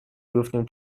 بیفتیم